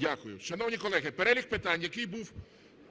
Дякую. Шановні колеги, перелік питань, який був